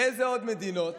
באיזה עוד מדינות